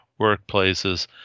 workplaces